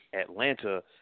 Atlanta